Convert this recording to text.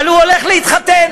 אבל הוא הולך להתחתן,